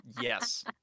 Yes